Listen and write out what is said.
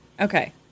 Okay